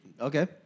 Okay